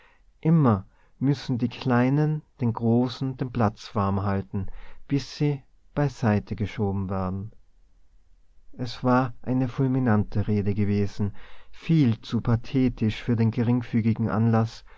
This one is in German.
immer müssen die kleinen den großen den platz warm halten bis sie beiseite geschoben werden es war eine fulminante rede gewesen viel zu pathetisch für den geringfügigen anlaß